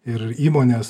ir įmonės